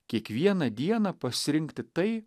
kiekvieną dieną pasirinkti tai